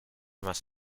más